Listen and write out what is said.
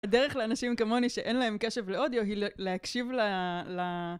הדרך לאנשים כמוני שאין להם קשב לאודיו היא להקשיב ל...